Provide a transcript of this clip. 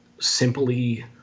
simply